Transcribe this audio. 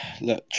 look